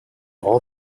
all